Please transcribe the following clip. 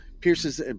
pierces